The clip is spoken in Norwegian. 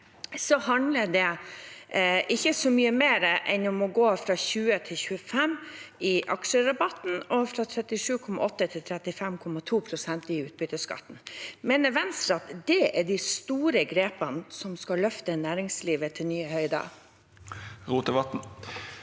handler det ikke om så mye mer enn om å gå fra 20 pst. til 25 pst. i aksjerabatten og fra 37,8 pst. til 35,2 pst. i utbytteskatten. Mener Venstre at det er de store grepene som skal løfte næringslivet til nye høyder? Sveinung